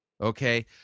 okay